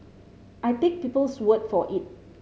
I take people's word for it